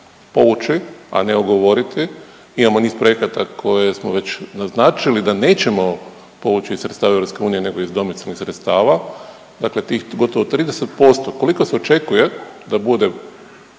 povući, a ne ugovoriti, imamo niz projekata koje smo već naznačili da nećemo povući iz sredstava EU nego iz domicilnih sredstava, dakle tih gotovo 30%, koliko se očekuje da bude